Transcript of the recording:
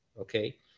Okay